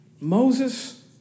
Moses